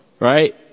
right